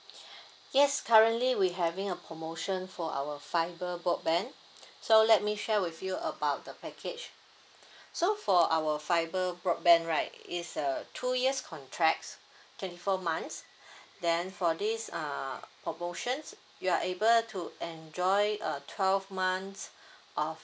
yes currently we having a promotion for our fiber broadband so let me share with you about the package so for our fiber broadband right it's a two years contract twenty four months then for this err promotion you are able to enjoy it a twelve months of